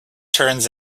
turns